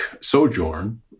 sojourn